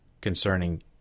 concerning